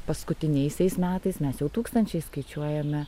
paskutiniaisiais metais mes jau tūkstančiais skaičiuojame